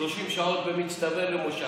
30 שעות במצטבר למושב.